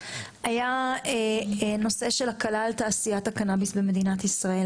היה נושא של הקלה על תעשיית הקנביס במדינת ישראל,